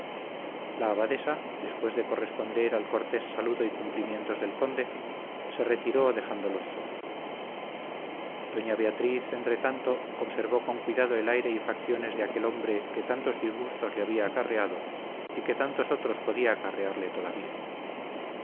la abadesa después de corresponder al cortés saludo y cumplimientos del caballero se retiró dejándolos solos doña beatriz entretanto observó con cuidado el aire y facciones de aquel hombre que tantos disgustos le había acarreado y que tantos otros podía acarrearle todavía